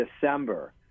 December